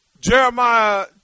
Jeremiah